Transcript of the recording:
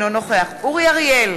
נוכח אורי אריאל,